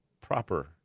proper